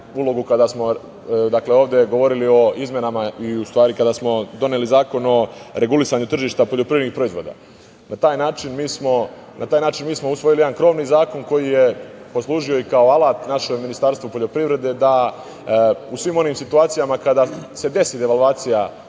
je ne tako davno imao jednu važnu ulogu kada smo doneli Zakon o regulisanju tržišta poljoprivrednih proizvoda. Na taj način mi smo usvojili jedan krovni zakon koji je poslužio i kao alat našem Ministarstvu poljoprivrede da u svim onim situacijama kada se desi devalvacija